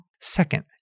Second